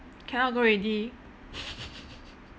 cannot go already